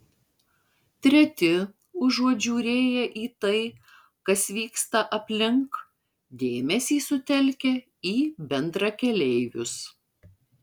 treti užuot žiūrėję į tai kas vyksta aplink dėmesį sutelkia į bendrakeleivius